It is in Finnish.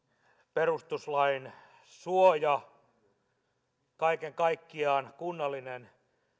perustuslain suoja kaiken kaikkiaan kunnallinen